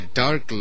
dark